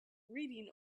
reading